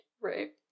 Right